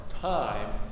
time